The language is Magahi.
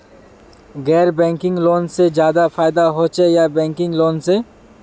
गैर बैंकिंग लोन से ज्यादा फायदा होचे या बैंकिंग लोन से?